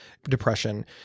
depression